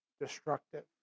destructive